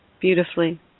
beautifully